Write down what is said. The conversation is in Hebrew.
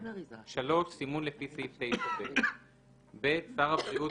(3)סימון לפי סעיף 9ב. (ב)שר הבריאות,